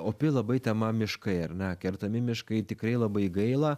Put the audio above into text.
opi labai tema miškai ar ne kertami miškai tikrai labai gaila